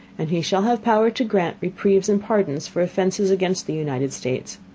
and he shall have power to grant reprieves and pardons for offenses against the united states,